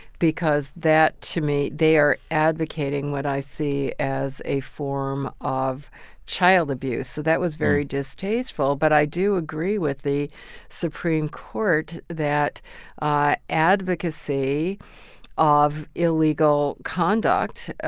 because that to me they are advocating what i see as a form of child abuse. so that was very distasteful, but i do agree with the supreme court that ah advocacy of illegal conduct,